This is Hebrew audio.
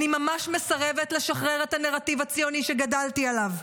אני ממש מסרבת לשחרר את הנרטיב שגדלתי עליו.